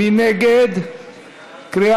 מי נגד?